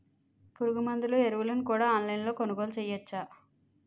పురుగుమందులు ఎరువులను కూడా ఆన్లైన్ లొ కొనుగోలు చేయవచ్చా?